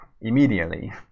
immediately